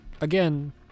again